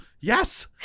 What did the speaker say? Yes